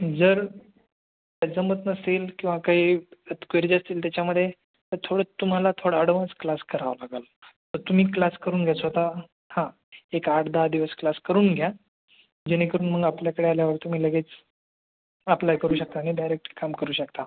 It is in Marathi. जर त्याच्यामधून सेल किंवा काही अबकारी जे असतील त्याच्यामध्ये थोडं तुम्हाला थोडं अडवान्स क्लास करावा लागेल तर तुम्ही क्लास करून घ्या स्वतः हा एक आठ दहा दिवस क्लास करून घ्या जेणेकरून मग आपल्याकडे आल्यावर तुम्ही लगेच अप्लाय करू शकता आणि डायरेक्ट काम करू शकता